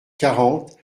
quarante